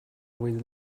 with